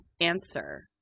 answer